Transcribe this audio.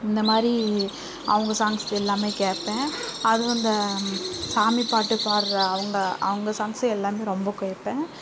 இந்த மாதிரி அவங்க சாங்ஸ் எல்லாமே கேட்பேன் அதுவும் இந்த சாமி பாட்டு பாட்டுற அவங்க அவங்க சாங்ஸே எல்லாமே ரொம்ப கேட்பேன்